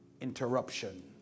Interruption